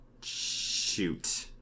Shoot